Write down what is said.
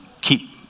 keep